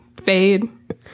Fade